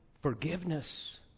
forgiveness